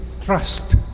trust